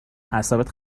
اعصابت